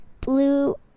blue